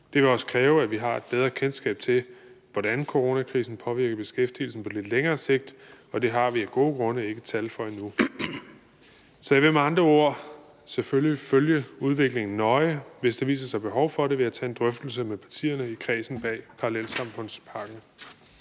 Det vil også kræve, at vi har et bedre kendskab til, hvordan coronakrisen påvirker beskæftigelsen på lidt længere sigt, og det har vi af gode grunde ikke tal for endnu. Så jeg vil med andre ord selvfølgelig følge udviklingen nøje. Hvis der viser sig behov for det, vil jeg tage en drøftelse med partierne i kredsen bag parallelsamfundspakken.